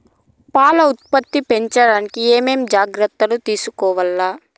పాల ఉత్పత్తి పెంచడానికి ఏమేం జాగ్రత్తలు తీసుకోవల్ల?